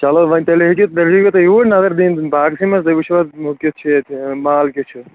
چلو وۄنۍ تیٚلہِ ہیٚکہِ تیٚلہِ ییوا تُہۍ یور نظر دِنہِ باغسٕے منز تیٚلہِ وٕچھوا کیُتھ چھُ ییٚتہِ مال کیُتھ چھُ